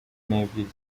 n’ebyiri